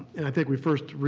and i think we first